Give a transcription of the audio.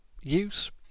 use